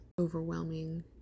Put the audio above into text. overwhelming